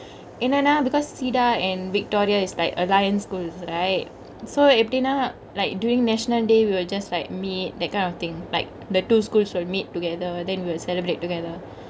என்னனா:ennanaa because cedar and victoria is like alliance schools right so எப்படினா:epadinaa like duringk national day we will just like meet that kind of thingk like the two schools will meet together then we will celebrate together